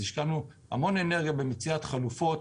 השקענו המון אנרגיה במציאת חלופות.